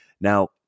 Now